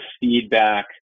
feedback